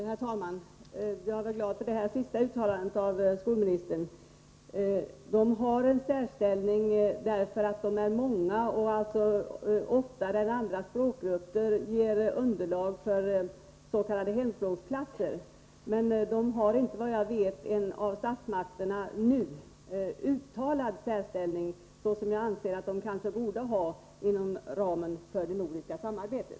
Herr talman! Jag är glad för det här senaste uttalandet av skolministern. De finska invandrarna har en särställning därför att de är många och oftare än andra språkgrupper ger underlag för s.k. hemspråksklasser. Men de har inte, såvitt jag vet, en av statsmakterna nu uttalad särställning, såsom jag anser att de borde ha inom ramen för det nordiska samarbetet.